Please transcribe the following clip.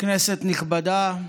כנסת נכבדה,